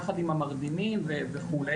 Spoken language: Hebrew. יחד עם המרדימים וכו',